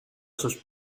sus